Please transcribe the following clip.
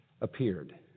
appeared